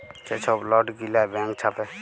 যে ছব লট গিলা ব্যাংক ছাপে